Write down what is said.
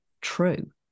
true